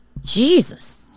Jesus